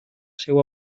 seu